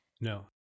No